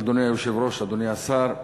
אדוני היושב-ראש, אדוני השר,